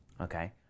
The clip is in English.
okay